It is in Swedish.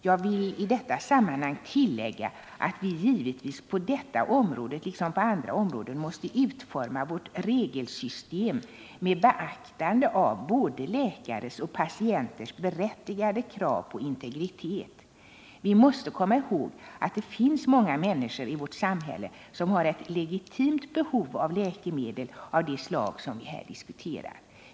Jag vill i detta sammanhang tillägga att vi givetvis på detta område, liksom på andra områden, måste utforma vårt regelsystem med beaktande av både läkares och patienters berättigade krav på integritet. Vi måste komma ihåg att det finns många människor i vårt samhälle som har ett legitimt behov av läkemedel av det slag som vi här diskuterar.